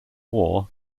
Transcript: war